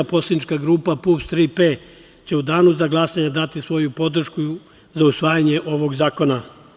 Poslanička grupa PUPS „Tri P“ će u danu za glasanje dati svoju podršku za usvajanje ovog zakona.